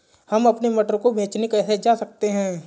हम अपने मटर को बेचने कैसे जा सकते हैं?